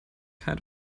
kind